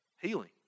Healing